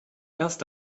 erst